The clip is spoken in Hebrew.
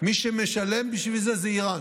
מי שמשלם בשביל זה הוא איראן.